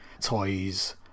Toys